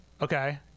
Okay